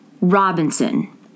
Robinson